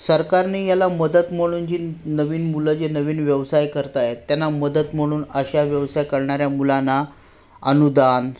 सरकारने याला मदत म्हणून जी नवीन मुलं जे नवीन व्यवसाय करत आहेत त्यांना मदत म्हणून अशा व्यवसाय करणाऱ्या मुलांना अनुदान